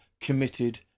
committed